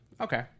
okay